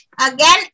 again